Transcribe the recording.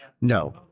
No